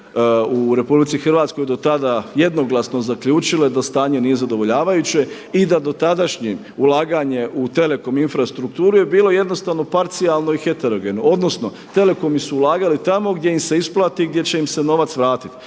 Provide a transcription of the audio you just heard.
u RH do tada jednoglasno zaključile da stanje nije zadovoljavajuće i da dotadašnje ulaganje u telekom infrastrukturu je bilo jednostavno parcijalno i heterogeno, odnosno telekomi su ulagali tamo gdje im se isplati i gdje će im se novac vratiti.